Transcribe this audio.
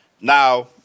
Now